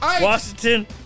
Washington